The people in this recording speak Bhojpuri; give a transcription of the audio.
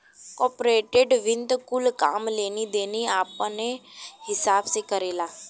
कॉर्पोरेट वित्त कुल काम लेनी देनी अपने हिसाब से करेला